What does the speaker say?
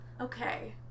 Okay